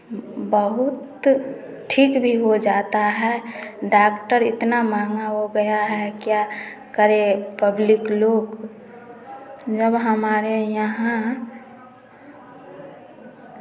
बहुत ठीक भी हो जाता है डाक्टर इतना महँगा हो गया है क्या करें पब्लिक लोग जब हमारे यहाँ